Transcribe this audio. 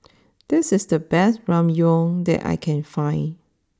this is the best Ramyeon that I can find